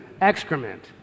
excrement